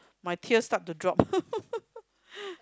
my tears start to drop